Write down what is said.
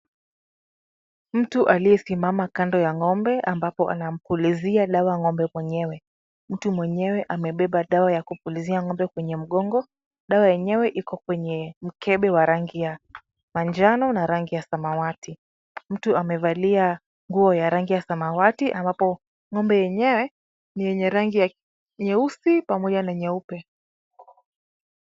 Mtu aliyesimama kando ya ng'ombe ambapo anampulizia dawa ng'ombe mwenyewe. Mtu mwenyewe amebeba dawa ya kupulizia ng'ombe kwenye mgongo. Dawa yenyewe iko kwenye mikebe wa rangi ya manjano na rangi ya samawati. Mtu amevalia nguo ya rangi ya samawati ambapo ng'ombe yenyewe ni yenye rangi nyeusi pamoja na nyeupe.